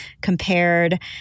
compared